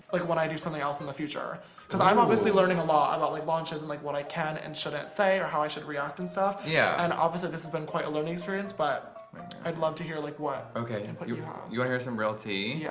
like what i do something else in the future because i'm obviously learning a lot about like launches and like what i can and shouldn't say or how i should react and stuff yeah and opposite this has been quite a learning experience, but i'd love to hear like what okay and put you wrong you'll hear some realty. yeah